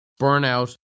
burnout